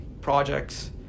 projects